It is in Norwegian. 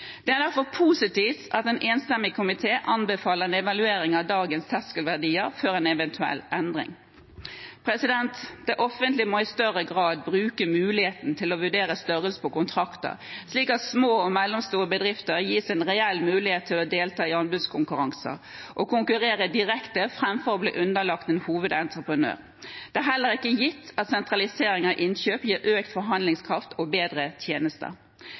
Det er derfor positivt at en enstemmig komité anbefaler en evaluering av dagens terskelverdier før en eventuell endring. Det offentlige må i større grad bruke muligheten til å vurdere størrelsen på kontrakter, slik at små og mellomstore bedrifter gis en reell mulighet til å delta i anbudskonkurranser og konkurrere direkte framfor å bli underlagt en hovedentreprenør. Det er heller ikke gitt at sentralisering av innkjøp gir økt forhandlingskraft og bedre tjenester.